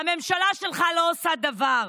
והממשלה שלך לא עושה דבר.